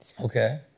Okay